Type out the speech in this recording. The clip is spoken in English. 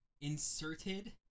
Inserted